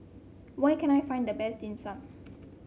where can I find the best Dim Sum